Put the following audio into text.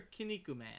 Kinikuman